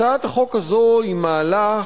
הצעת החוק הזו היא מהלך